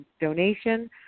donation